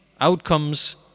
outcomes